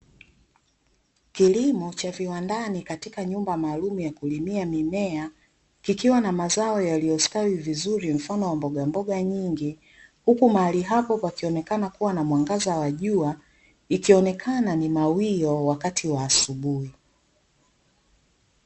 Kilimo cha viwandani katika nyumba maalumu ya kulimia mimea, kikiwa na mazao yaliyostawi vizuri mfano wa mboga mboga nyingi, huku mahali hapo pakionekana kuwa na mwangaza wa jua, ikionekana ni mawio wakati wa asubuhi.